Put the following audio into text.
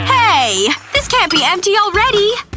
hey! this can't be empty already!